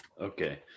Okay